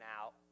out